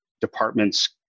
department's